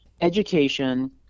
education